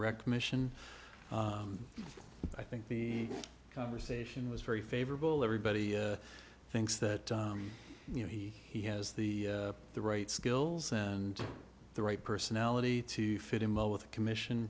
recognition i think the conversation was very favorable everybody thinks that you know he he has the the right skills and the right personality to fit in well with the commission